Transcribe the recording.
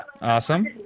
Awesome